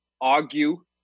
argue